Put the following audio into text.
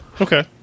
Okay